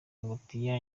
ingutiya